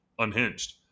unhinged